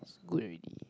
is good already